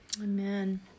Amen